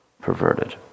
perverted